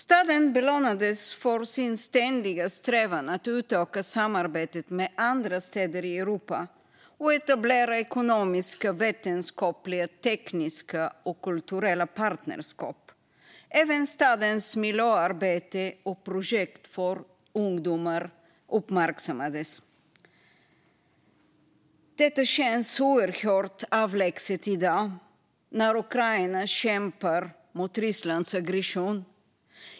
Staden belönades för sin ständiga strävan att utöka samarbetet med andra städer i Europa och etablera ekonomiska, vetenskapliga, tekniska och kulturella partnerskap. Även stadens miljöarbete och projekt för ungdomar uppmärksammades. Detta känns oerhört avlägset i dag när Ukraina kämpar mot Rysslands aggression.